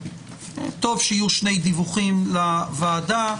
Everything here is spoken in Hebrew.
טוב שיהיו שני דיווחים לוועדה.